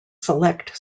select